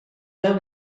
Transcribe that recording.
veu